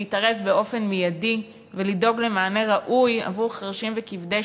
להתערב באופן מיידי ולדאוג למענה ראוי עבור חירשים וכבדי